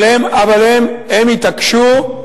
אבל הם התעקשו,